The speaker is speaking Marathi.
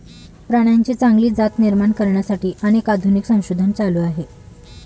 प्राण्यांची चांगली जात निर्माण करण्यासाठी अनेक आधुनिक संशोधन चालू आहे